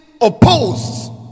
opposed